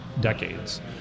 decades